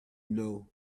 know